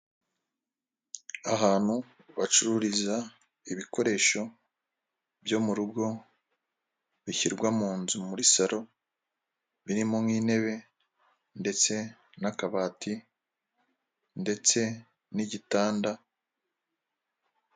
Ahantu bacururiza ibikoresho byo mu rugo bishyirwa mu nzu muri salo, birimo nk'intebe ndetse n'akabati ndetse n'igitanda.